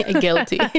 Guilty